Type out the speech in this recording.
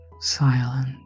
silent